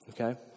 Okay